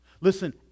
Listen